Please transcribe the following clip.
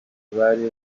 bari